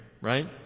right